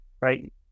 Right